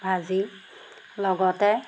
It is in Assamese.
ভাজি লগতে